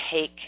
take